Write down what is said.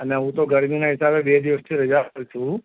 અને હું તો ગરમીના હિસાબે બે દિવસથી રજા પર છું